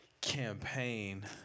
Campaign